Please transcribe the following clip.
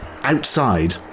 Outside